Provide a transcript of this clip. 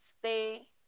stay